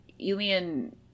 Elian